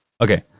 Okay